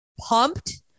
pumped